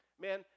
Man